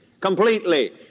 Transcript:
completely